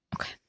Okay